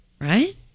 right